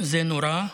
זה נורא.